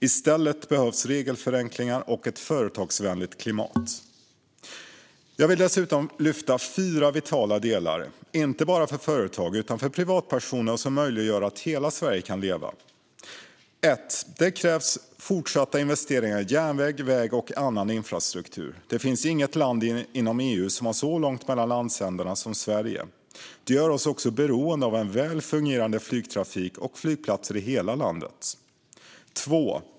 I stället behövs regelförenklingar och ett företagsvänligt klimat. Jag vill dessutom lyfta fyra vitala delar, inte bara för företag utan också för privatpersoner, som möjliggör att hela Sverige kan leva: Det krävs fortsatta investeringar i järnväg, väg och annan infrastruktur. Det finns inget land inom EU som har så långt mellan landsändarna som Sverige har. Det gör oss också beroende av en väl fungerande flygtrafik och av flygplatser i hela landet.